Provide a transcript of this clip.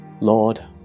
Lord